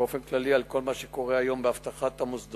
באופן כללי על כל מה שקורה היום באבטחת מוסדות.